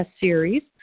series